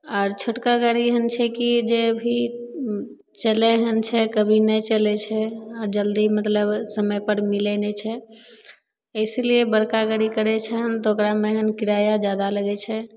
आर छोटका गाड़ी एहन छै कि जे भी चलय हन छै कभी नहि चलय छै जल्दी मतलब समयपर मिलय नहि छै इसीलिए बड़का गाड़ी करय छै हन तऽ ओकरामे किराया जादा लगय छै